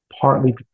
partly